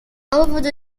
however